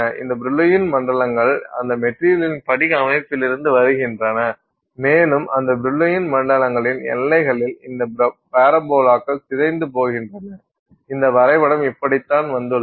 இந்த பிரில்லூயின் மண்டலங்கள் அந்த மெட்டீரியலின் படிக அமைப்பிலிருந்து வருகின்றன மேலும் அந்த பிரில்லூயின் மண்டலங்களின் எல்லைகளில் இந்த பரபோலாகள் சிதைந்து போகின்றன இந்த வரைபடம் இப்படித்தான் வந்துள்ளது